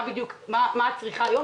מה הצריכה היום.